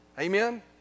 Amen